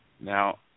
Now